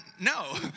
No